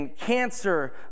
cancer